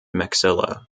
maxilla